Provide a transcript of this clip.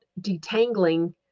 detangling